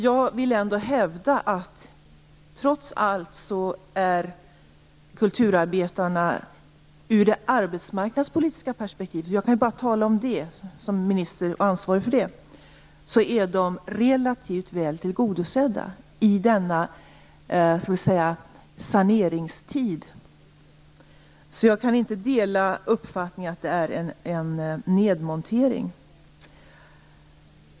Jag vill ändå hävda att kulturarbetarna i det arbetsmarknadspolitiska perspektivet - jag kan bara tala om det området som ansvarig minister för detsamma - trots allt är relativt väl tillgodosedda i denna tid av sanering. Jag kan alltså inte dela inte uppfattningen att det är fråga om en nedmontering.